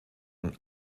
und